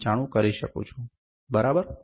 895 કરી શકું છું બરાબર